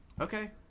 okay